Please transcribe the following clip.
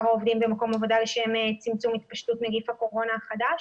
העובדים במקום עבודה לשם צמצום התפשטות נגיף הקורונה החדש),